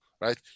right